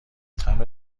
تمبر